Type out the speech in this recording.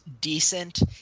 decent